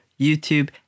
YouTube